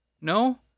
No